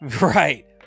Right